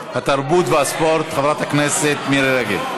התרבות והספורט חברת הכנסת מירי רגב.